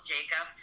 Jacob